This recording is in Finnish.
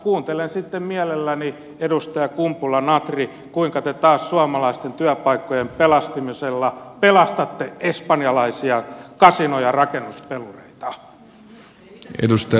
kuuntelen sitten mielelläni edustaja kumpula natri kuinka te taas suomalaisten työpaikkojen pelastamisella pelastatte espanjalaisia kasino ja rakennuspelureita